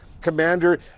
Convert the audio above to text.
commander